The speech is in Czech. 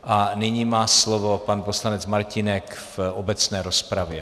A nyní má slovo pan poslanec Martínek v obecné rozpravě.